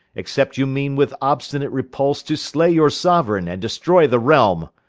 except you meane with obstinate repulse to slay your soueraigne, and destroy the realme.